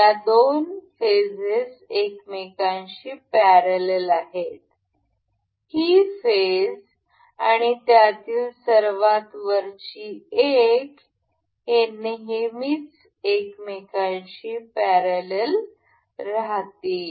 या दोन फेजेस एकमेकांशी पॅरलल आहेत ही फेज आणि त्यातील सर्वात वरची एक हे नेहमीच एकमेकांशी पॅरलल राहतील